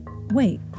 wait